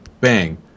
bang